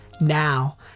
Now